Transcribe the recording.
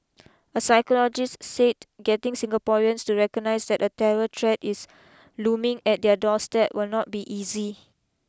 a psychologist said getting Singaporeans to recognise that a terror threat is looming at their doorstep will not be easy